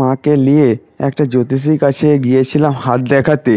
মাকে নিয়ে একটা জ্যোতিষীর কাছে গিয়েছিলাম হাত দেখাতে